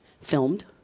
filmed